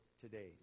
today